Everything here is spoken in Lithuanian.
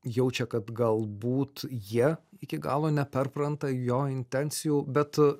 jaučia kad galbūt jie iki galo neperpranta jo intencijų bet